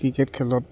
cricket খেলত